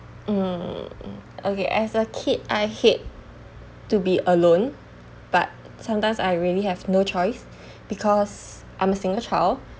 um okay as a kid I hate to be alone but sometimes I really have no choice because I'm a single child